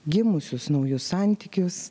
gimusius naujus santykius